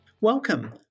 Welcome